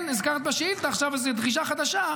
כן, הזכרת בשאילתה עכשיו איזו דרישה חדשה,